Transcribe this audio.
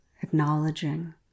acknowledging